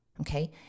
Okay